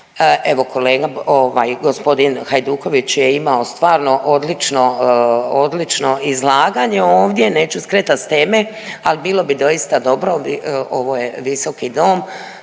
Evo, kolega ovaj, g. Hajduković je imao stvarno odlično izlaganje ovdje, neću skretat s teme, ali bilo bi doista dobro, ovo je visoki dom,